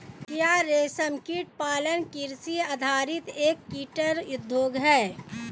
क्या रेशमकीट पालन कृषि आधारित एक कुटीर उद्योग है?